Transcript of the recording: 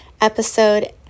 episode